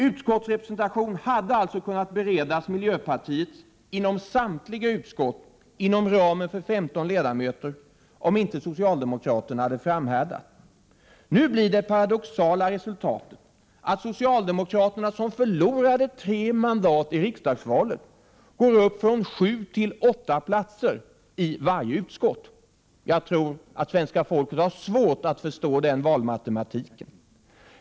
Utskottsrepresentation hade alltså kunnat beredas miljöpartiet inom samtliga utskott inom ramen för ett antal på 15 ledamöter om inte socialdemokraterna hade framhärdat. Nu blir det paradoxala resultatet att socialdemokraterna, som förlorade tre mandat i riksdagsvalet, ökar sitt antal platser i varje utskott från sju till åtta. Jag tror att svenska folket har svårt att förstå den valmatemati ken.